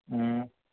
हूँ